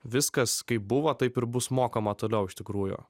viskas kaip buvo taip ir bus mokoma toliau iš tikrųjų